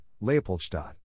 Leopoldstadt